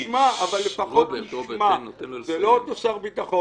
לפחות תשמע: זה לא אותו שר ביטחון,